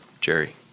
Jerry